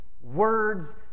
words